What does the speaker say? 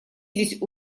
здесь